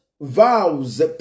vows